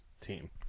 team